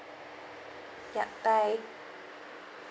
yup bye